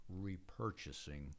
repurchasing